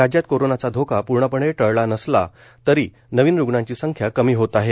राज्यात कोरोनाचा धोका पूर्णपणे टळला नसला तरी नवीन रुग्णांची संख्या कमी होत आहे